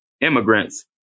immigrants